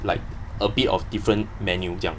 like a bit of different menu 这样